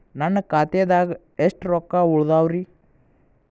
ನನ್ನ ಖಾತೆದಾಗ ಎಷ್ಟ ರೊಕ್ಕಾ ಉಳದಾವ್ರಿ?